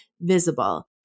visible